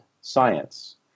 science